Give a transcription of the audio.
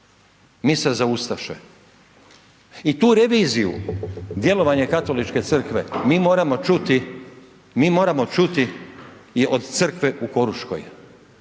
misa za ustaše? I tu reviziju djelovanja Katoličke crkve mi moramo čuti, mi moramo čuti od crkve u Koruškoj